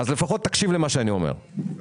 לפחות תקשיב למה שאני אומר -- אוקיי.